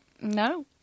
No